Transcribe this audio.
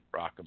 Rock'em